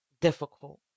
difficult